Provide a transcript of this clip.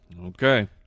Okay